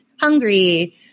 hungry